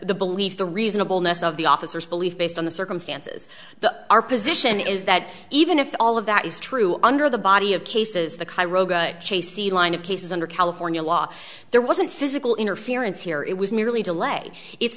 the belief the reasonable ness of the officers belief based on the circumstances the our position is that even if all of that is true under the body of cases the chase the line of cases under california law there wasn't physical interference here it was merely delay i